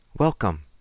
Welcome